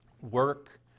Work